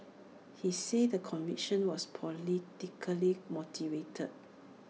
he said the conviction was politically motivated